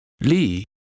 Lee